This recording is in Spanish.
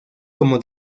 como